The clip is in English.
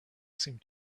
seemed